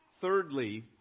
Thirdly